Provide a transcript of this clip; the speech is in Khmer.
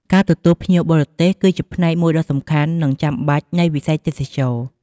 ការទទួលភ្ញៀវបរទេស គឺជាផ្នែកមួយដ៏សំខាន់និងចាំបាច់នៃ វិស័យទេសចរណ៍។